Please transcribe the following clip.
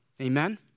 Amen